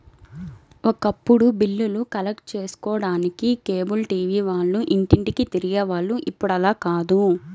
ఒకప్పుడు బిల్లులు కలెక్ట్ చేసుకోడానికి కేబుల్ టీవీ వాళ్ళు ఇంటింటికీ తిరిగే వాళ్ళు ఇప్పుడు అలా కాదు